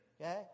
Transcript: Okay